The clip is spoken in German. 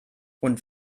und